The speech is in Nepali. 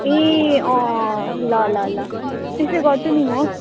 ए अँ अँँ ल ल ल त्यसै गर्छु नि म